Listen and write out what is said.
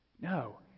No